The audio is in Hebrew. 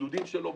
הגדודים שלו,